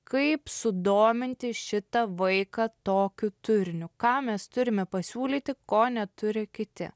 kaip sudominti šitą vaiką tokiu turiniu ką mes turime pasiūlyti ko neturi kiti